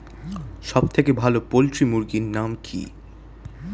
সবথেকে ভালো পোল্ট্রি মুরগির নাম কি?